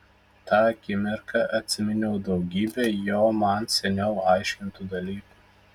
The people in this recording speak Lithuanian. tą akimirką atsiminiau daugybę jo man seniau aiškintų dalykų